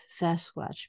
Sasquatch